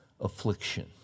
affliction